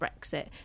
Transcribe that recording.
Brexit